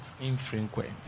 Infrequent